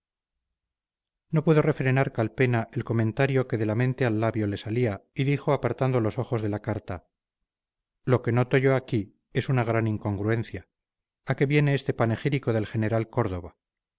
no pudo refrenar calpena el comentario que de la mente al labio le salía y dijo apartando los ojos de la carta lo que noto yo aquí es una gran incongruencia a qué viene este panegírico del general córdova